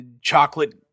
chocolate